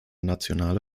nationale